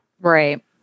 Right